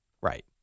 Right